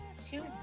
two